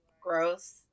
gross